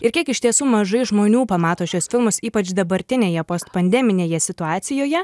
ir kiek iš tiesų mažai žmonių pamato šiuos filmus ypač dabartinėje postpandeminėje situacijoje